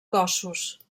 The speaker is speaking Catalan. cossos